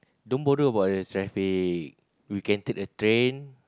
don't bother about the traffic we can take the train